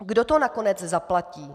Kdo to nakonec zaplatí?